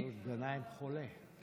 אבל מאזן גנאים חולה.